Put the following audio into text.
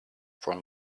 from